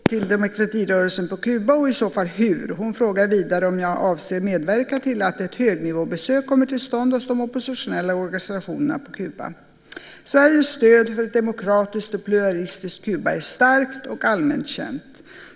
Herr talman! Helena Höij frågar mig om jag avser att öka biståndet till demokratirörelsen på Kuba och i så fall hur. Hon frågar vidare om jag avser att medverka till att ett högnivåbesök kommer till stånd hos de oppositionella organisationerna på Kuba. Sveriges stöd för ett demokratiskt och pluralistiskt Kuba är starkt och allmänt känt.